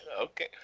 Okay